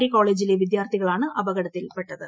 D കോളജിലെ വിദ്യാർഥികളാണ് അപകടത്തിൽപെട്ടത്